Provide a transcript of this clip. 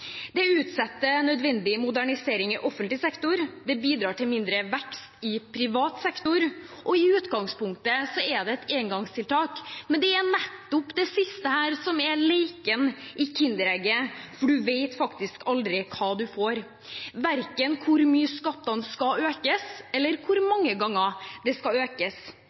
Det utsetter nødvendig modernisering i offentlig sektor, det bidrar til mindre vekst i privat sektor, og i utgangspunktet er det et engangstiltak. Men det er nettopp dette siste som er leken i kinderegget, for man vet faktisk aldri hva man får, verken hvor mye skattene skal økes, eller hvor mange ganger de skal økes.